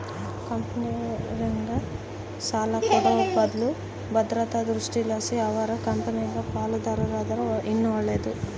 ಕಂಪೆನೇರ್ಗೆ ಸಾಲ ಕೊಡೋ ಬದ್ಲು ಭದ್ರತಾ ದೃಷ್ಟಿಲಾಸಿ ಅವರ ಕಂಪೆನಾಗ ಪಾಲುದಾರರಾದರ ಇನ್ನ ಒಳ್ಳೇದು